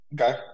Okay